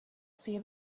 see